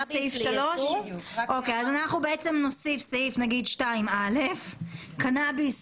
אנחנו נוסיף סעיף למשל (2א): "קנאביס